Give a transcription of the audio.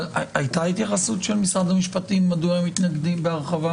אבל הייתה התייחסות של משרד המשפטים מדוע הם מתנגדים בהרחבה,